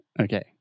Okay